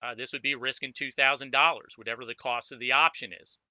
ah this would be risking two thousand dollars whatever the cost of the option is